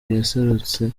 yaserutse